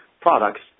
products